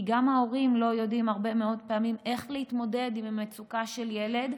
כי גם ההורים לא יודעים הרבה מאוד פעמים איך להתמודד עם מצוקה של ילד,